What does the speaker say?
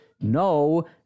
No